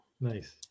Nice